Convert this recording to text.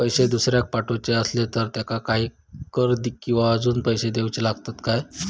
पैशे दुसऱ्याक पाठवूचे आसले तर त्याका काही कर किवा अजून पैशे देऊचे लागतत काय?